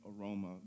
aroma